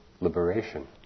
liberation